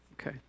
Okay